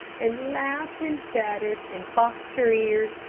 and laughed and chattered, and boxed her ears,